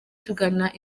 tugana